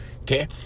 okay